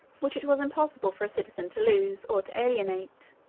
which it was impossible for a citizen to lose, or to alienate.